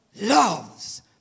loves